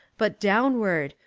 but downward,